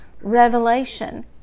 revelation